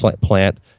plant